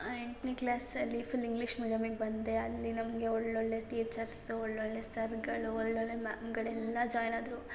ಎಂಟನೇ ಕ್ಲಾಸಲ್ಲಿ full English ಮೀಡಿಯಮಿಗೆ ಬಂದೆ ಅಲ್ಲಿ ನಮಗೆ ಒಳ್ಳೊಳ್ಳೆಯ ಟೀಚರ್ಸು ಒಳ್ಳೊಳ್ಳೆಯ ಸರ್ಗಳು ಒಳ್ಳೊಳ್ಳೆಯ ಮ್ಯಾಮ್ಗಳೆಲ್ಲ ಜಾಯ್ನ್ ಆದರು